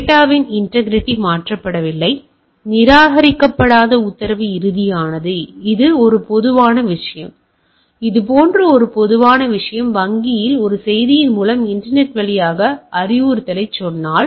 டேட்டாவின் இன்டேகிரிட்டி மாற்றப்படவில்லை நிராகரிக்கப்படாத உத்தரவு இறுதியானது இது ஒரு பொதுவான விஷயம் இது போன்ற ஒரு பொதுவான விஷயம் வங்கியில் ஒரு செய்தியின் மூலம் இன்டர்நெட் வழியாக அறிவுறுத்தலைச் சொன்னால்